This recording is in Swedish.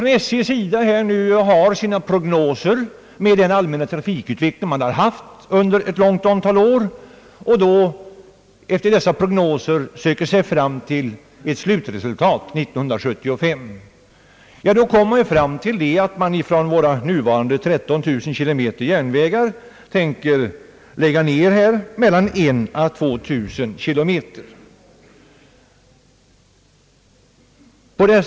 När SJ efter den allmänna trafikutveckling som har pågått under ett stort antal år gör sina prognoser och efter dessa söker sig fram till ett slutresultat år 1975, så kommer man fram till att av nuvarande 13 000 km järnvägar 1 000 å 2000 km skall läggas ned.